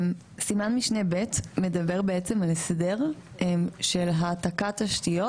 סימן משנה ב' מדבר על הסדר של העתקת תשתיות,